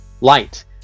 light